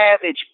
savage